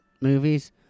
movies